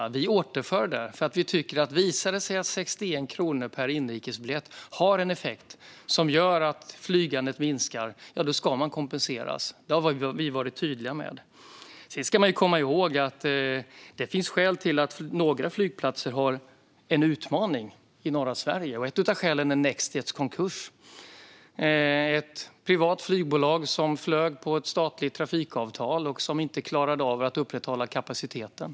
Och vi återinför det, för vi tycker att om det visar sig att 61 kronor per inrikesbiljett har en effekt som gör att flygandet minskar ska flygplatserna kompenseras. Det har vi varit tydliga med. Sedan ska man komma ihåg att det finns skäl till att några flygplatser i norra Sverige har en utmaning. Ett av skälen är Nextjets konkurs. Det var ett privat flygbolag som flög enligt ett statligt trafikavtal och som inte klarade av att upprätthålla kapaciteten.